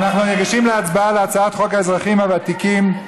אנחנו ניגשים להצבעה על הצעת חוק האזרחים הוותיקים,